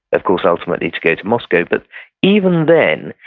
of course, ultimately to go to moscow. but even then,